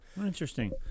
Interesting